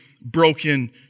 broken